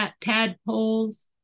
tadpoles